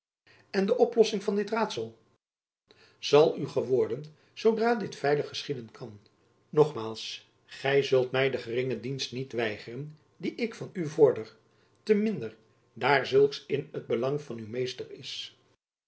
en de oplossing van dit raadsel zal u geworden zoodra dit veilig geschieden kan nogmaals gy zult my de geringe dienst niet weigeren die ik van u vorder te minder daar zulks in het belang van uw meester is